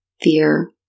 fear